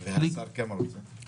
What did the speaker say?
וכמה זמן רוצה השר?